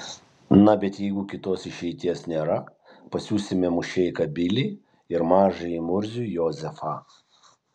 na bet jeigu kitos išeities nėra pasiųsime mušeiką bilį ir mažąjį murzių jozefą